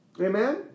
Amen